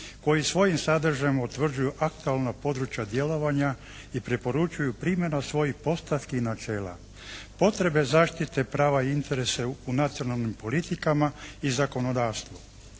koji svojim sadržajima utvrđuju aktualna područja djelovanja i preporučuju primjenu svojih …/Govornik se ne razumije./… načela, potrebe zaštite prava i interesa u nacionalnim politikama i zakonodavstvu.